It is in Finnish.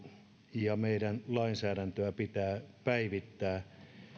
ja meidän lainsäädäntöä pitää päivittää